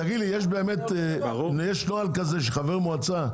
תגיד לי יש נוהל כזה שחבר מועצה,